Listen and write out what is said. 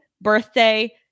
birthday